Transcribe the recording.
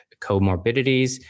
comorbidities